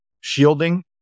shielding